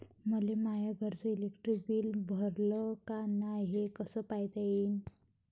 मले माया घरचं इलेक्ट्रिक बिल भरलं का नाय, हे कस पायता येईन?